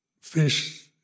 fish